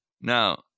Now